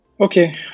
Okay